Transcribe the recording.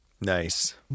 nice